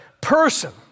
person